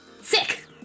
Sick